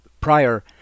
prior